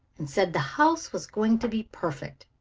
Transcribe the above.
and said the house was going to be perfect.